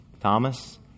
Thomas